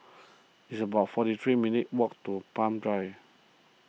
it's about forty three minutes' walk to Palm Drive